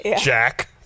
Jack